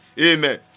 Amen